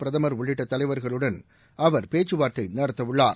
பிரதமர் உள்ளிட்ட தலைவர்களுடன் அவர் பேச்சுவார்த்தை நடத்தவுள்ளார்